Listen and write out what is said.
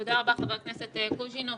חבר הכנסת קוז'ינוב.